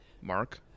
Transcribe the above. Mark